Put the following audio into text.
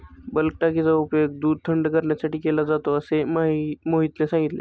bulk टाकीचा उपयोग दूध थंड करण्यासाठी केला जातो असे मोहितने सांगितले